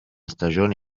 stagione